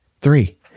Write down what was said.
Three